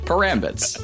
Parambits